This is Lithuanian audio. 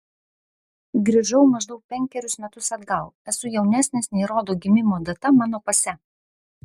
grįžau maždaug penkerius metus atgal esu jaunesnis nei rodo gimimo data mano pase